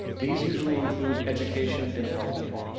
these usually include education and healthcare,